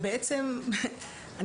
בעצם אני